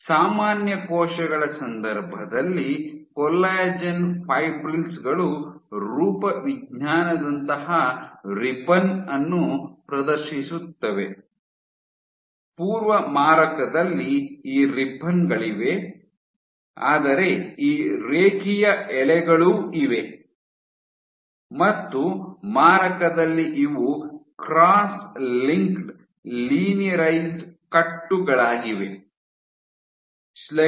ಸಾಮಾನ್ಯ ಕೋಶಗಳ ಸಂದರ್ಭದಲ್ಲಿ ಕೊಲ್ಲಾಜೆನ್ ಫೈಬ್ರಿಲ್ ಗಳು ರೂಪವಿಜ್ಞಾನದಂತಹ ರಿಬ್ಬನ್ ಅನ್ನು ಪ್ರದರ್ಶಿಸುತ್ತವೆ ಪೂರ್ವ ಮಾರಕದಲ್ಲಿ ಈ ರಿಬ್ಬನ್ ಗಳಿವೆ ಆದರೆ ಈ ರೇಖೀಯ ಎಳೆಗಳೂ ಇವೆ ಮತ್ತು ಮಾರಕದಲ್ಲಿ ಇವು ಕ್ರಾಸ್ ಲಿಂಕ್ಡ್ ಲೀನಿಯರೈಸ್ಡ್ ಕಟ್ಟುಗಳಾಗಿವೆ